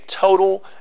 total